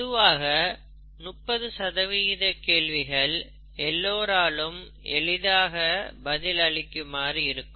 பொதுவாக 30 கேள்விகள் எல்லோராலும் எளிதாக பதில் அளிக்குமாறு இருக்கும்